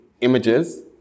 images